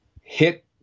hit